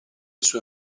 sue